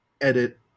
edit